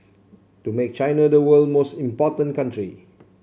to make China the world most important country